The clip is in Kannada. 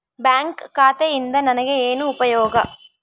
ಬ್ಯಾಂಕ್ ಖಾತೆಯಿಂದ ನನಗೆ ಏನು ಉಪಯೋಗ?